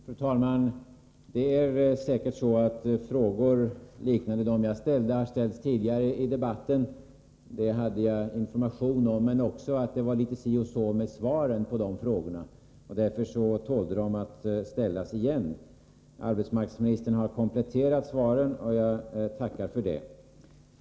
Fru talman! Det är säkert så att frågor liknande dem jag ställde har ställts tidigare i debatten. Det hade jag information om, men också om att det var litet si och så med svaren på de frågorna. Därför tålde de att ställas igen. Arbetsmarknadsministern har kompletterat svaren, och jag tackar för det.